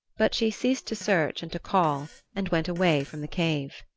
but she ceased to search and to call and went away from the cave.